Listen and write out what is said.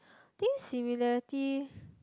think similarity